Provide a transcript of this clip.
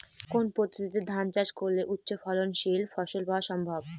কোন পদ্ধতিতে ধান চাষ করলে উচ্চফলনশীল ফসল পাওয়া সম্ভব?